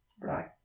Right